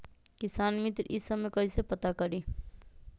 किसान मित्र ई सब मे कईसे पता करी?